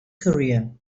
career